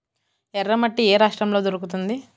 ఎర్రమట్టి ఏ రాష్ట్రంలో దొరుకుతుంది?